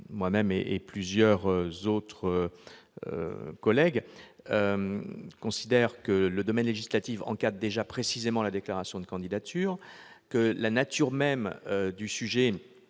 moi-même et plusieurs autres collègues, nous considérons que le domaine législatif encadre déjà précisément la déclaration de candidature, que la nature même du sujet